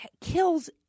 kills